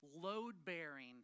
load-bearing